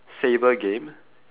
saber game